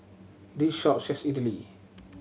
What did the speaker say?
this shop sells Idili